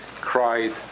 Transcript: Cried